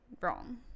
wrong